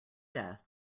death